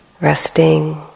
resting